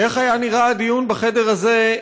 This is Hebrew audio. איך היה נראה הדיון בחדר הזה,